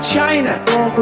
China